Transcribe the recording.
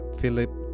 Philip